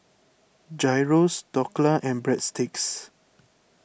Gyros Dhokla and Breadsticks